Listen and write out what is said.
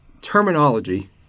terminology